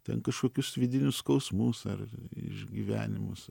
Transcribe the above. ten kažkokius vidinius skausmus ar išgyvenimus